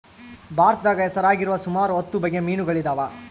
ಭಾರತದಾಗ ಹೆಸರಾಗಿರುವ ಸುಮಾರು ಹತ್ತು ಬಗೆ ಮೀನುಗಳಿದವ